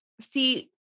see